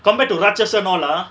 compared to raatchasan no lah